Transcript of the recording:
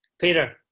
Peter